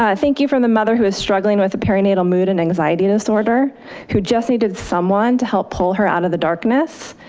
ah thank you from the mother who is struggling with a perinatal mood and anxiety disorder who just needed someone to help pull her out of the darkness